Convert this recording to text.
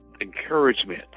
encouragement